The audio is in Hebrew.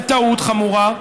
בטעות חמורה.